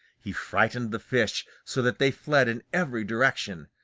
he frightened the fish so that they fled in every direction.